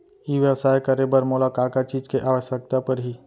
ई व्यवसाय करे बर मोला का का चीज के आवश्यकता परही?